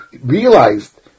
realized